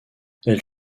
elle